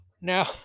Now